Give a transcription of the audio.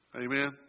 Amen